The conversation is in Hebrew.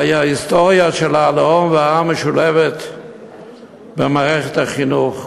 ההיסטוריה של הלאום והעם משולבת במערכת החינוך.